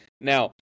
now